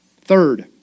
Third